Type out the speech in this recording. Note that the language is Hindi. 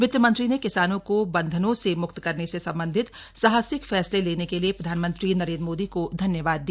वित्तमंत्री ने किसानों को बंधनों से मुक्त करने से संबंधित साहसिक फैसले लेने के लिए प्रधानमंत्री नरेन्द्र मोदी को धन्यवाद दिया